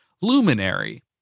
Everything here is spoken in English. Luminary